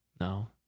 No